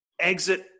exit